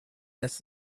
this